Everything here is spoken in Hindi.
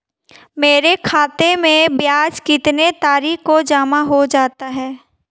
मेरे खाते में ब्याज कितनी तारीख को जमा हो जाता है?